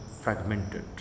fragmented